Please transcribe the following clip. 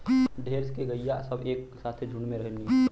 ढेर के गइया सब एक साथे झुण्ड में रहलीन